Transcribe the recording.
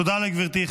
תודה לגברתי.